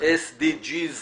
SDGs,